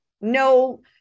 no